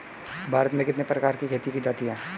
भारत में कितने प्रकार की खेती की जाती हैं?